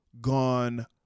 gone